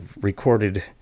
recorded